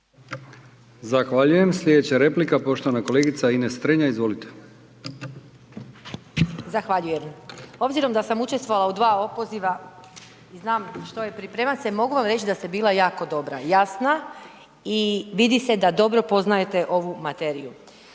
Zahvaljujem. Slijedeća replika poštovana kolegica Ines Strenja. Izvolite. **Strenja, Ines (Nezavisni)** Zahvaljujem. Obzirom da sam učestvovala u dva opoziva i znam što je pripremat se mogu vam reći da ste bila jako dobra, jasna i vidi se da da dobro poznajete ovu materiju.